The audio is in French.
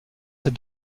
ces